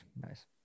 nice